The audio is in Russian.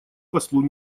послу